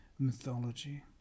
mythology